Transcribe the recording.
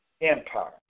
Empire